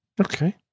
Okay